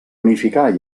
unificar